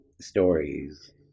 stories